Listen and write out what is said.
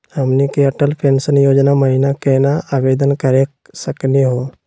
हमनी के अटल पेंसन योजना महिना केना आवेदन करे सकनी हो?